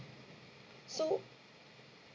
so